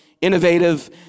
Innovative